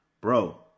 Bro